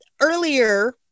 earlier